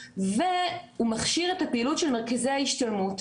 והוא מכשיר את הפעילות של מרכזי ההשתלמות,